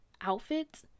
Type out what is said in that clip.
outfits